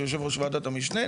שהוא יושב ראש וועדת המשנה,